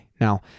Now